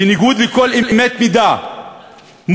בניגוד לכל אמת מידה מוסרית.